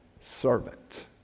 servant